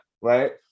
right